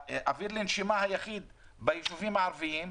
האוויר לנשימה היחיד ביישובים הערביים,